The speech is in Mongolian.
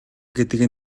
гэдэг